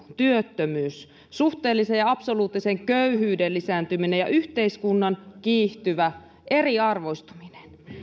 työttömyys suhteellisen ja absoluuttisen köyhyyden lisääntyminen ja yhteiskunnan kiihtyvä eriarvoistuminen